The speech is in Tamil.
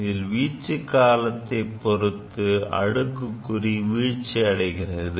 எனவே வீச்சு காலத்தைப் பொறுத்து அடுக்குக்குறி வீழ்ச்சி அடைகிறது